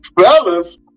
Fellas